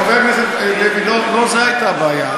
חבר הכנסת לוי, לא זאת הייתה הבעיה.